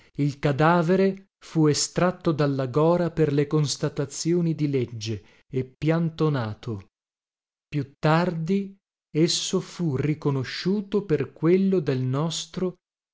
il cadavere fu estratto dalla gora per le constatazioni di legge e piantonato più tardi esso fu riconosciuto per quello del nostro